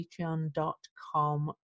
patreon.com